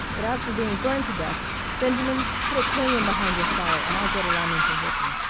but as for being burned to death benjamin, put a pillion behind your saddle, and i'll go to lymington with you.